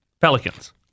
Pelicans